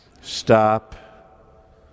stop